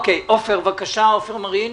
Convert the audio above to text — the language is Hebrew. בבקשה, עופר מרין.